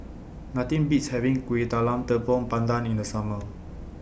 Nothing Beats having Kuih Talam Tepong Pandan in The Summer